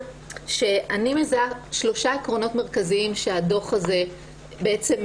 שאני מזהה שלושה עקרונות מרכזיים שההמלצות של הדוח הזה מייצגות.